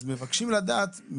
אז מבקשים לדעת,